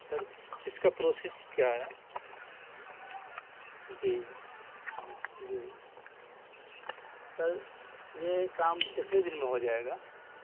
سر اس کا پروسیس کیا ہے جی جی سر یہ کام کتنے دن میں ہو جائے گا